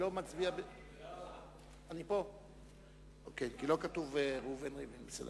להעביר את הצעת חוק הכנסת (מספר סגני יושב-ראש הכנסת בתקופת כהונתה של